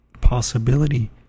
possibility